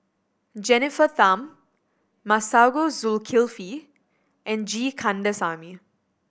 Jennifer Tham Masagos Zulkifli and G Kandasamy